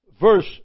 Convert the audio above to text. verse